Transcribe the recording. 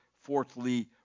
Fourthly